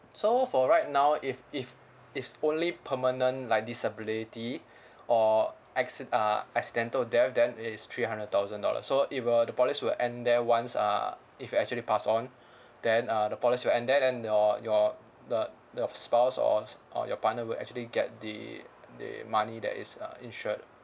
so for right now if if if only permanent like disability or accid~ uh accidental death then it is three hundred thousand dollars so it will the policy will end there once uh if you actually pass on then uh the policy will end there then your your the the f~ spouse or or your partner will actually get the the money that is uh insured